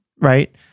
Right